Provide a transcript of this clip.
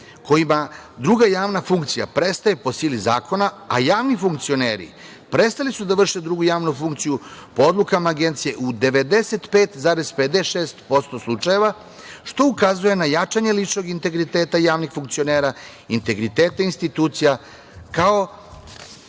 kojima druga javna funkcija prestaje po sili zakona, a javni funkcioneri prestali su da vrše drugu javnu funkciju odlukama Agencije u 95,56% slučajeva, što ukazuje na jačanje ličnog integriteta javnih funkcionera, integriteta institucija, kao